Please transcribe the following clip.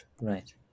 Right